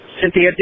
Cynthia